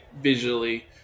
visually